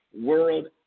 World